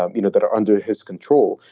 um you know, that are under his control,